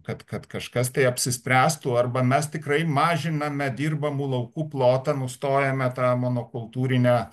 kad kad kažkas tai apsispręstų a arba mes tikrai mažiname dirbamų laukų plotą nustojame tą monokultūrinę